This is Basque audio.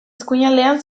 eskuinaldean